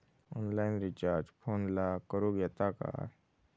Online recharge फोनला करूक येता काय?